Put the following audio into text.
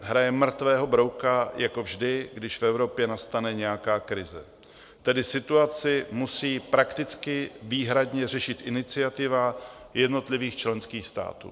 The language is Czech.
Hraje mrtvého brouka jako vždy, když v Evropě nastane nějaká krize, tedy situaci musí prakticky výhradně řešit iniciativa jednotlivých členských států.